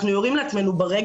אנחנו כחברה יורים לעצמנו ברגל.